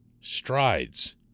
strides